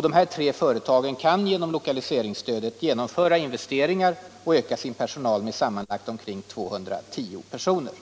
De här tre företagen kan tack vare lokaliseringsstödet genomföra investeringar och öka sin personal med sammanlagt 210 personer.